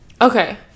Okay